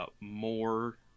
more